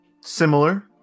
similar